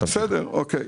בסדר, אוקיי.